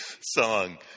song